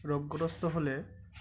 রোগগ্রস্ত হলে